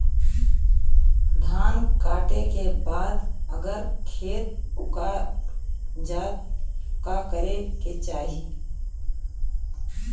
धान कांटेके बाद अगर खेत उकर जात का करे के चाही?